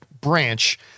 branch